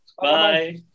bye